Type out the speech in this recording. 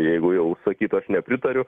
jeigu jau sakyt aš nepritariu